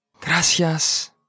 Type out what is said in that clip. Gracias